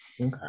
Okay